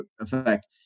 effect